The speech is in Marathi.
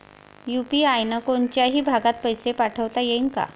यू.पी.आय न कोनच्याही भागात पैसे पाठवता येईन का?